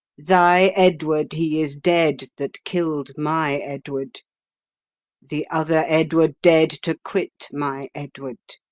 thy edward he is dead, that kill'd my edward the other edward dead to quit my edward